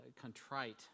contrite